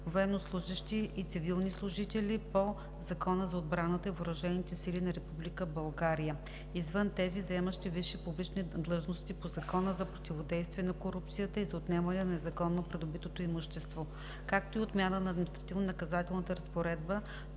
военнослужещи и цивилни служители по Закона за отбраната и въоръжените сили на Република България, извън тези, заемащи висши публични длъжности по Закона за противодействие на корупцията и за отнемане на незаконно придобитото имущество, както и отмяна на административнонаказателна разпоредба